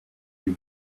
you